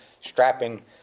strapping